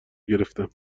گرفتم